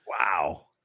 Wow